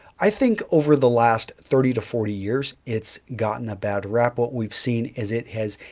i think over the last thirty to forty years, it's gotten a bad rep. what we've seen is it has,